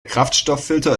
kraftstofffilter